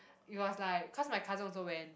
it was like cause my cousin also went